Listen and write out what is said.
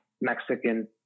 Mexican